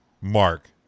Mark